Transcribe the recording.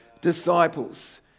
disciples